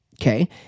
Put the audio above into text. okay